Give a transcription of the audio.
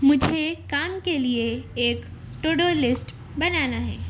مجھے کام کے لیے ایک ٹو ڈو لیسٹ بنانا ہے